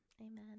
amen